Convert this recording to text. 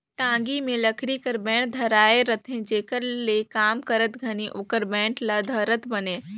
टागी मे लकरी कर बेठ धराए रहथे जेकर ले काम करत घनी ओकर बेठ ल धरत बने